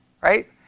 right